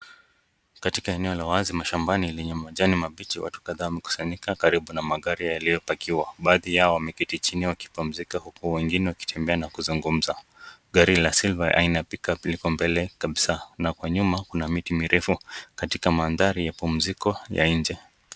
Katika eneo la wazi mashambani kwenye majani mabichi watu kadhaa wamekusanyika karibu na magari yaliyo pakiwa yao . Wameketi chini wakipumzika na kuzungumza .Gari hili aina ya silver na pickup liko mbele na kwa nyumba kuna miti mirefu na madhari ya pumziko ya nje.